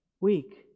weak